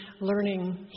learning